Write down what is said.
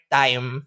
time